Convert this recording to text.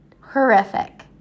horrific